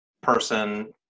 person –